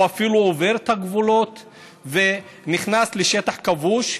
הוא אפילו עובר את הגבולות ונכנס לשטח כבוש.